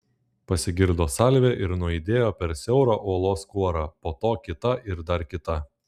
pasigirdo salvė ir nuaidėjo per siaurą uolos kuorą po to kita ir dar kita